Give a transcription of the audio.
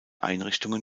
einrichtungen